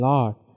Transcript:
Lord